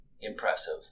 impressive